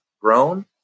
grown